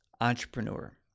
entrepreneur